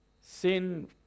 Sin